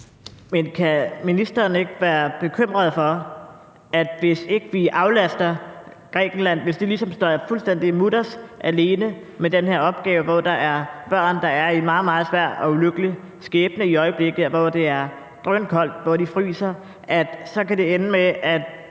Men kan ministeren ikke være bekymret for, at hvis ikke vi aflaster Grækenland og de står fuldstændig mutters alene med den her opgave, hvor der er børn, der står i en meget, meget svær og ulykkelig situation i øjeblikket, hvor det er drønkoldt, og hvor de fryser, kan det ende med, at